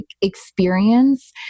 experience